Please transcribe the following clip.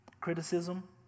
Criticism